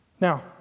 now